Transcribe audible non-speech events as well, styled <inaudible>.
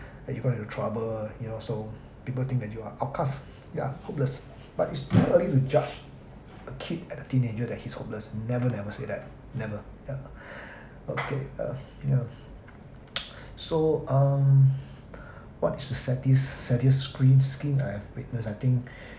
and you got into trouble you know so people think that you are outcast ya hopeless but it's too early to judge a kid at the teenager that he's hopeless never never say that never ya okay uh ya <noise> so um what is the satis~ saddest scene scene that I've witnessed I think